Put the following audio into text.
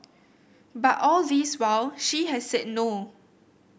but all this while she has said no